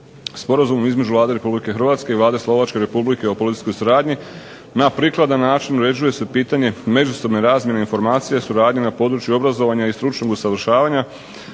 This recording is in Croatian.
Sporazumom između Vlade Republike Hrvatske i Vlade Slovačke Republike o policijskoj suradnji na prikladan način uređuje se pitanje međusobne razmjene informacija, suradnje na području obrazovanja i stručnog usavršavanja,